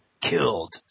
killed